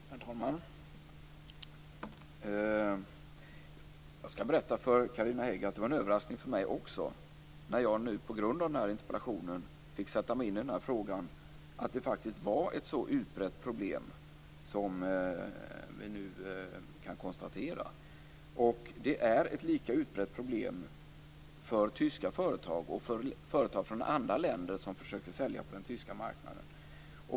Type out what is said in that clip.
Herr talman! Jag skall berätta för Carina Hägg att det var en överraskning också för mig när jag nu på grund av denna interpellation fick sätta mig in i den här frågan att det faktiskt var ett så utbrett problem som vi nu kan konstatera. Det är ett lika utbrett problem för tyska företag och för företag från andra länder som försöker sälja på den tyska marknaden.